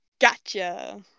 Gotcha